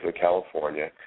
California